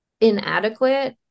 inadequate